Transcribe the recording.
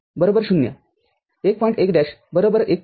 1' 1